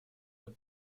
the